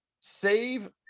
save